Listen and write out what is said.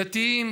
דתיים,